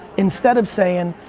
instead of saying,